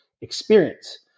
experience